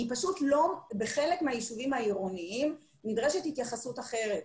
בחלק מהיישובים העירוניים נדרשת התייחסות אחרת.